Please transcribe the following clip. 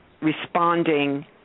responding